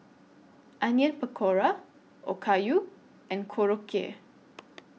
Onion Pakora Okayu and Korokke